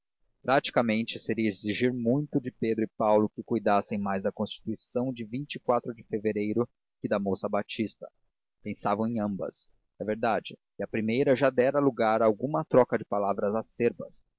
praticamente seria exigir muito de pedro e paulo que cuidassem mais da constituição de de fevereiro que da moça batista pensavam em ambas é verdade e a primeira já dera lugar a alguma troca de palavras acerbas